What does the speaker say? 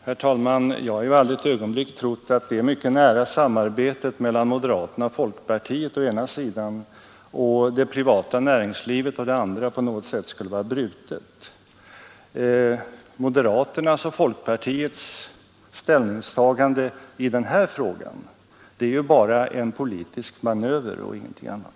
Herr talman! Jag har inte ett ögonblick trott att det mycket nära samarbetet mellan moderaterna och folkpartiet å ena sidan och det privata näringslivet å andra sidan skulle vara brutet. Moderaternas och folkpartiets ställningstagande i den här frågan är ju bara en politisk manöver och ingenting annat.